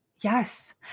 Yes